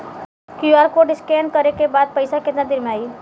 QR code scan न करे क बाद पइसा केतना देर म जाई?